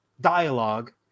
dialogue